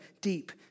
deep